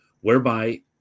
whereby